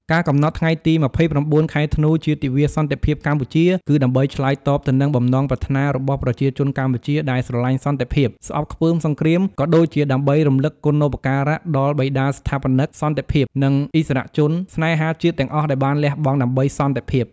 ការកំណត់ថ្ងៃទី ២៩ ខែធ្នូ ជាទិវាសន្តិភាពកម្ពុជា គឺដើម្បីឆ្លើយតបទៅនឹងបំណងប្រាថ្នារបស់ប្រជាជនកម្ពុជាដែលស្រឡាញ់សន្តិភាព ស្អប់ខ្ពើមសង្គ្រាម ក៏ដូចជាដើម្បីរំលឹកគុណូបការៈដល់បិតាស្ថាបនិកសន្តិភាព និងឥស្សរជនស្នេហាជាតិ ទាំងអស់ដែលបានលះបង់ដើម្បីសន្តិភាព។